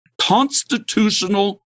constitutional